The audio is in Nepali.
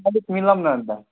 अलिक मिलाउँ न अन्त